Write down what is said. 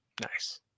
nice